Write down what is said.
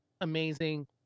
amazing